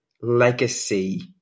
legacy